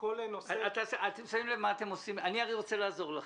אני רוצה לעזור לכם.